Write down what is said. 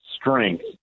strength